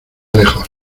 lejos